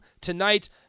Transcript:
tonight